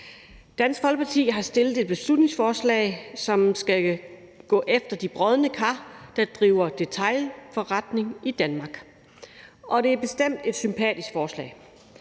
Dansk Folkeparti har fremsat et beslutningsforslag, som skal gå efter de brodne kar, der driver detailforretning i Danmark. Det er bestemt et sympatisk forslag,